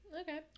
okay